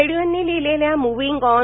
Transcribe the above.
नायडू यांनी लिहिलेल्या moving on